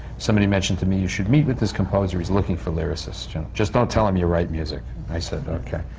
somebody mentioned to me, you should meet with this composer, he's looking for lyricists. and just don't tell him you write music. i said, okay.